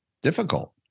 difficult